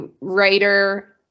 writer